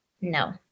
No